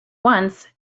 once